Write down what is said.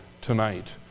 tonight